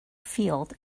field